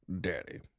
Daddy